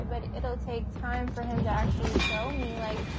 ah but it'll take time for him to actually show me. like,